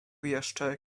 jeszcze